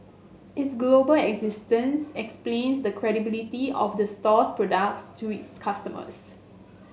its global existence explains the credibility of the store's products to its customers